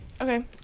Okay